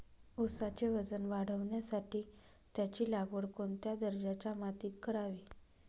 ऊसाचे वजन वाढवण्यासाठी त्याची लागवड कोणत्या दर्जाच्या मातीत करावी?